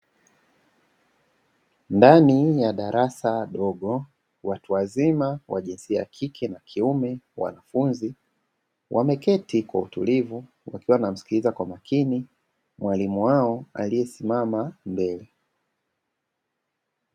Ndani ya darasa dogo watu wazima wa jinsia ya kike na kiume, wanafunzi wameketi kwa utulivu wakiwa wanamsikiliza kwa makini mwalimu wao aliyesimama mbele.